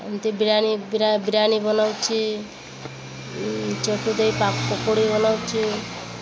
ଏମିତି ବିରିୟାନୀ ବିରିୟାନୀ ବନାଉଛି ଚଟୁ ଦେଇ ପକୋଡ଼ି ବନାଉଛି